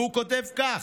והוא כותב כך: